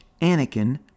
Anakin